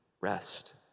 rest